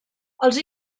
els